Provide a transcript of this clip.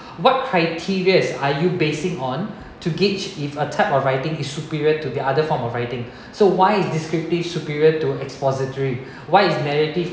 what criterias are you basing on to gauge if a type of writing is superior to the other form of writing so why is descriptive superior to expository why is narrative